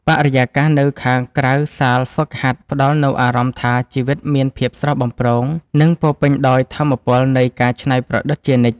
បរិយាកាសនៅខាងក្រៅសាលហ្វឹកហាត់ផ្ដល់នូវអារម្មណ៍ថា ជីវិតមានភាពស្រស់បំព្រង និងពោរពេញដោយថាមពលនៃការច្នៃប្រឌិតជានិច្ច។